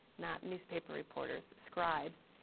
not newspapers reporters, scribes,